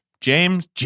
James